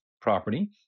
property